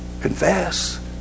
confess